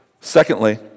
Secondly